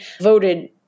voted